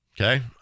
Okay